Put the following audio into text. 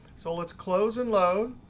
so let's close and load.